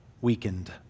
weakened